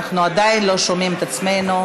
אנחנו עדיין לא שומעים את עצמנו.